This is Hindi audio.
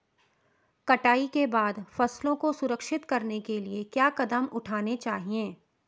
कटाई के बाद फसलों को संरक्षित करने के लिए क्या कदम उठाने चाहिए?